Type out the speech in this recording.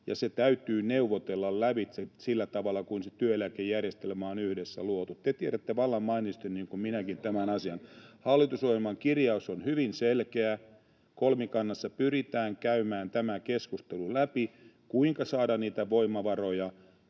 ja se täytyy neuvotella lävitse sillä tavalla kuin työeläkejärjestelmä on yhdessä luotu. Te tiedätte vallan mainiosti tämän asian niin kuin minäkin. [Timo Heinonen: Kyllä sen voi valtiokin tehdä!] Hallitusohjelman kirjaus on hyvin selkeä. Kolmikannassa pyritään käymään tämä keskustelu läpi, kuinka saada voimavaroja